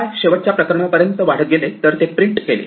उपाय शेवटच्या प्रकरणात पर्यंत वाढत गेले तर ते प्रिंट केले